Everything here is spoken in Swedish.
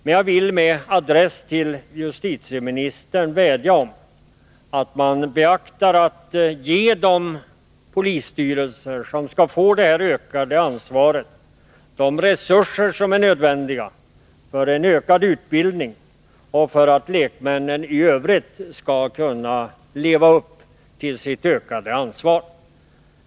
Men jag vill med adress till justitieministern vädja att man ger de polisstyrelser som skall få detta ökade ansvar de resurser som är nödvändiga för en ökad utbildning och för att lekmännen i övrigt skall kunna leva upp till sitt ökade ansvar.